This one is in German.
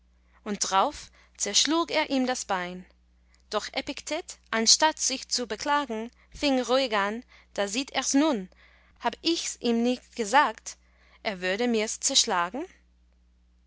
und drauf zerschlug er ihm das bein doch epiktet anstatt sich zu beklagen fing ruhig an da sieht ers nun hab ichs ihm nicht gesagt er würde mirs zerschlagen